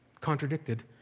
contradicted